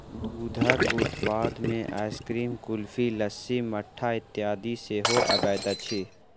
दूधक उत्पाद मे आइसक्रीम, कुल्फी, लस्सी, मट्ठा इत्यादि सेहो अबैत अछि